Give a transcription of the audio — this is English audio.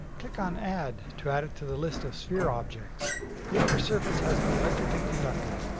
click on add to add it to the list of sphere objects. the outer surface has to be electrically conductive,